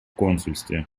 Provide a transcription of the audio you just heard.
консульстве